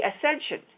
ascension